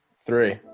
Three